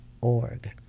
org